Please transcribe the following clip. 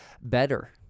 better